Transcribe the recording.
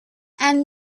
and